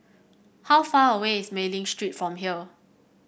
how far away is Mei Ling Street from here